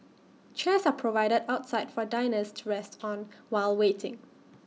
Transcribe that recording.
chairs are provided outside for diners to rest on while waiting